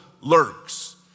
lurks